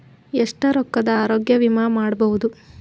ಎಷ್ಟ ರೊಕ್ಕದ ಆರೋಗ್ಯ ವಿಮಾ ಮಾಡಬಹುದು?